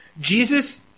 Jesus